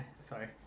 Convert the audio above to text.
Sorry